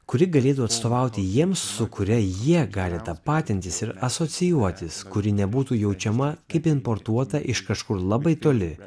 kuri galėtų atstovauti jiems su kuria jie gali tapatintis ir asocijuotis kuri nebūtų jaučiama kaip importuota iš kažkur labai toli